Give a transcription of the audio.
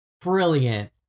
brilliant